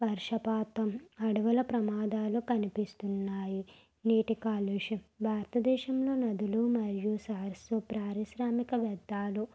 వర్షపాతం అడవుల ప్రమాదాలు కనిపిస్తున్నాయి నీటి కాలుష్యం భారతదేశంలో నదులు మరియు సరస్సు పారిశ్రామికవేత్తలు